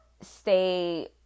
stay